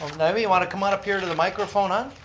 naomi, want to come on up here to the microphone, hun?